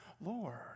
Lord